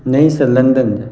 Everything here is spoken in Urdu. نہیں سر لندن